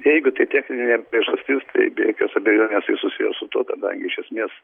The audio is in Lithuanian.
jeigu tai techninė priežastis tai be jokios abejonės ji susijus su tuo kadangi iš esmės